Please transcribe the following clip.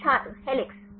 छात्र हेलिक्स